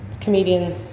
Comedian